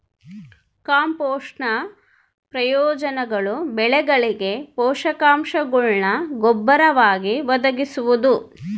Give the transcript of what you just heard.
ಕಾಂಪೋಸ್ಟ್ನ ಪ್ರಯೋಜನಗಳು ಬೆಳೆಗಳಿಗೆ ಪೋಷಕಾಂಶಗುಳ್ನ ಗೊಬ್ಬರವಾಗಿ ಒದಗಿಸುವುದು